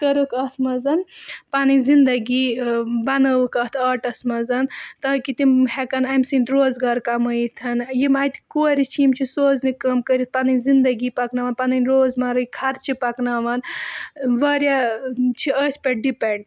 کٔرٕکھ اَتھ منٛز پَنٕنۍ زندگی بَنٲوٕکھ اَتھ آرٹَس منٛز تاکہِ تِم ہٮ۪کَن اَمہِ سۭتۍ روزگار کَمٲوِتھ یِم اَتہِ کورِ چھِ یِم چھِ سوزنہِ کٲم کٔرِتھ پَنٕنۍ زندگی پَکناوان پَنٕنۍ روزمَرٕکۍ خرچہِ پَکناوان واریاہ چھِ أتھۍ پٮ۪ٹھ ڈِپٮ۪نٛڈ